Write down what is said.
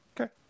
Okay